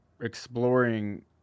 exploring